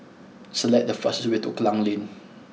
select the fastest way to Klang Lane